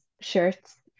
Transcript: shirts